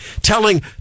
telling